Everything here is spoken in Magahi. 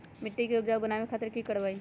मिट्टी के उपजाऊ बनावे खातिर की करवाई?